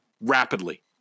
rapidly